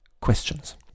questions